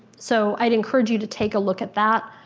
so i'd encourage you to take a look at that.